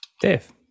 Dave